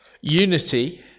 unity